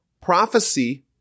prophecy